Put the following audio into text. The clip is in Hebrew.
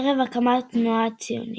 ערב הקמת התנועה הציונית.